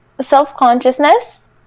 self-consciousness